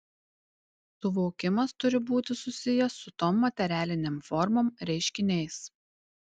suvokimas turi būti susijęs su tom materialinėm formom reiškiniais